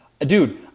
dude